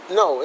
no